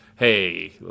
Hey